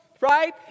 right